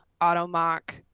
auto-mock